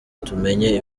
tumenye